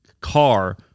car